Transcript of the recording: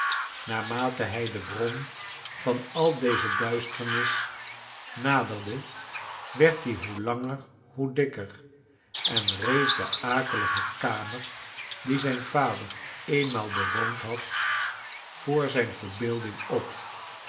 naarmate hij de bron van al deze duisternis naderde werd die hoe ianger hoe dikker en rees de akelige karner die zijn vader eenmaal bewoond had voor zijn verbeelding op